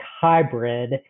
hybrid